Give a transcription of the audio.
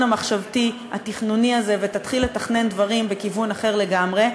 המחשבתי התכנוני הזה ותתחיל לתכנן דברים בכיוון אחר לגמרי.